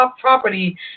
property